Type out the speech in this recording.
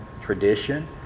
tradition